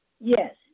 Yes